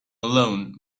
alone